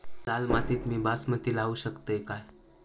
लाल मातीत मी बासमती लावू शकतय काय?